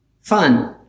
fun